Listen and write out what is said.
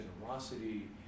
generosity